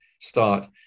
start